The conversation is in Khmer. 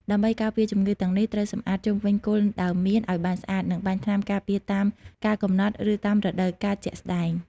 ដើម្បីការពារជំងឺទាំងនេះ ត្រូវសម្អាតជុំវិញគល់ដើមមៀនឱ្យបានស្អាត និងបាញ់ថ្នាំការពារតាមកាលកំណត់ ឬតាមតម្រូវការជាក់ស្តែង។